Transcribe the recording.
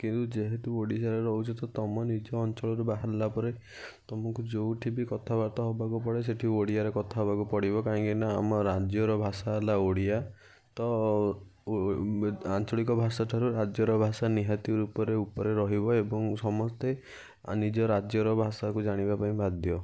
ଯେହେତୁ ଓଡ଼ିଶାରେ ରହୁଛେ ତ ତମ ନିଜ ଅଞ୍ଚଳରୁ ବାହାରିଲା ପରେ ତମକୁ ଯେଉଁଠି ବି କଥାବାର୍ତ୍ତା ହବାକୁ ପଡ଼େ ସେଇଠି ଓଡ଼ିଆରେ କଥାହବାକୁ ପଡ଼ିବ କାହିଁକିନା ଆମ ରାଜ୍ୟର ଭାଷା ହେଲା ଓଡ଼ିଆ ତ ଆଞ୍ଚଳିକ ଭାଷାଠାରୁ ରାଜ୍ୟର ଭାଷା ନିହାତି ରୂପରେ ଉପରେ ରହିବ ଏବଂ ସମସ୍ତେ ନିଜ ରାଜ୍ୟର ଭାଷାକୁ ଜାଣିବା ପାଇଁ ବାଧ୍ୟ